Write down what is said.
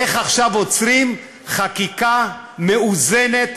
איך עכשיו עוצרים חקיקה מאוזנת,